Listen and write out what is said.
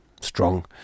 strong